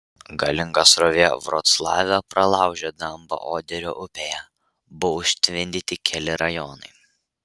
galinga srovė vroclave pralaužė dambą oderio upėje buvo užtvindyti keli rajonai